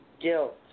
guilt